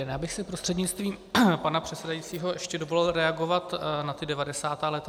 Já bych si prostřednictvím pana předsedajícího ještě dovolil reagovat na devadesátá léta.